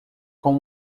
com